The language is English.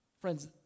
Friends